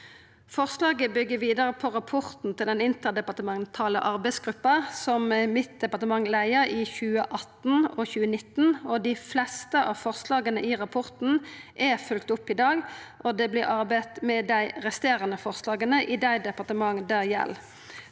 Forslaget byggjer vidare på rapporten til den interdepartementale arbeidsgruppa som mitt departement leia i 2018 og 2019. Dei fleste av forslaga i rapporten er følgde opp i dag, og det vert arbeidd med dei resterande forslaga i dei departementa det gjeld.